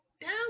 down